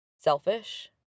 selfish